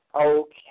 Okay